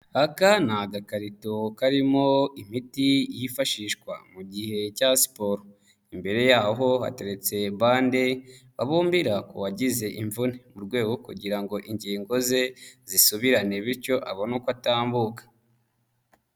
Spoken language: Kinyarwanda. Aka ni agakarito karimo imiti yifashishwa mu gihe cya siporo, imbere y'aho hateretse bande babumbira kuwagize imvune mu rwego kugira ngo ingingo ze zisubirane bityo abone uko atambuka.